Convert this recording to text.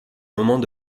moment